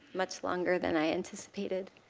much longer than i anticipated